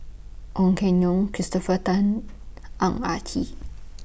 Ong Keng Yong Christopher Tan Ang Ah Tee